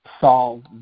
solve